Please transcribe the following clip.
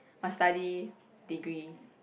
must study degree